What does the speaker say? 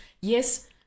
yes